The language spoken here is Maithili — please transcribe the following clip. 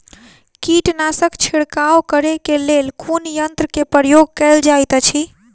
कीटनासक छिड़काव करे केँ लेल कुन यंत्र केँ प्रयोग कैल जाइत अछि?